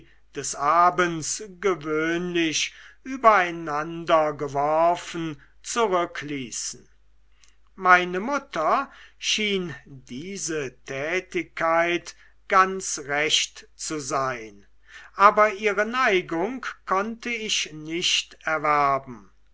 des abends gewöhnlich übereinandergeworfen zurückließen meiner mutter schien diese tätigkeit ganz recht zu sein aber ihre neigung konnte ich nicht erwerben